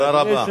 תודה רבה.